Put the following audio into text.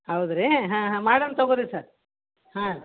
ಹೌದಾ ರೀ ಹಾಂ ಹಾಂ ಮಾಡೋಣ ತೊಗೊಳಿ ಸರ್ ಹಾಂ